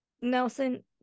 Nelson